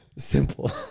Simple